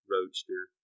Roadster